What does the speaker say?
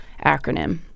acronym